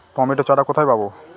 Tomato চারা কোথায় পাবো?